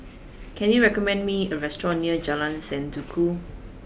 can you recommend me a restaurant near Jalan Sendudok